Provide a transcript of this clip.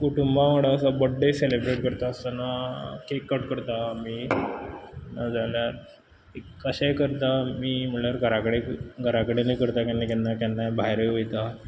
कुटुंबा वांगडा असो बड्डे सॅलब्रेट करतासतना कॅक कट करतात आमी ना जाल्यार अशें करता आमी म्हळ्यार घरा कडेन घरा कडेनूय करता केन्ना केन्ना केन्नाय भायरूय वयता